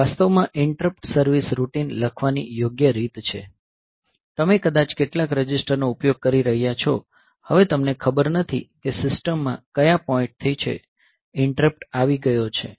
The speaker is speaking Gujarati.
આ વાસ્તવ માં ઇન્ટરપ્ટ સર્વિસ રૂટિન લખવાની યોગ્ય રીત છે તમે કદાચ કેટલાક રજિસ્ટરનો ઉપયોગ કરી રહ્યાં છો હવે તમને ખબર નથી કે સિસ્ટમ માં કયા પોઈન્ટ થી છે ઇન્ટરપ્ટ આવી ગયો છે